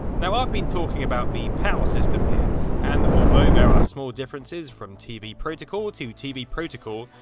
now, i've been talking about the pal system here and although there are small differences from tv protocol to tv protocol,